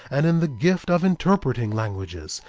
and in the gift of interpreting languages,